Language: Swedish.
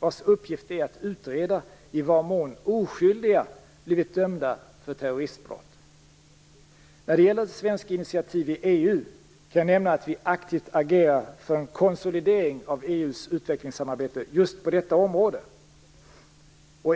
vars uppgift är att utreda i vad mån oskyldiga blivit dömda för terroristbrott. När det gäller svenska initiativ i EU kan jag nämna att vi aktivt agerar för en konsolidering av EU:s utvecklingssamarbete just på detta område.